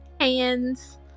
Hands